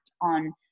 on